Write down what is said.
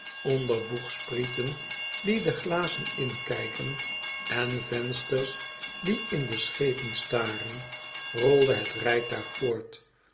onder boegsprieten die de glazen inkijken en vensters die in de schepen staren rolde het rijtuig voort